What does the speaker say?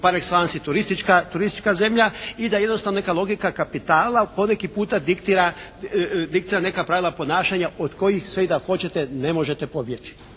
par exellenceu i turistička zemlja. I da jednostavno neka logika kapitala poneki puta diktira neka pravila ponašanja od kojih sve i da hoćete ne možete pobjeći.